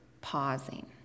pausing